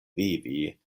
vivi